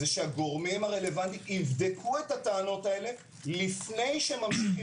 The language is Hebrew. שהגורמים הרלוונטיים יבדקו את הטענות האלה לפני שהם ממשיכים